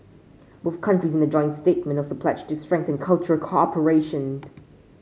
both countries in a joint statement also pledged to strengthen cultural cooperation